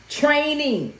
training